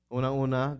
Una-una